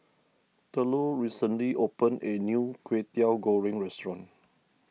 Thurlow recently opened a new Kway Teow Goreng restaurant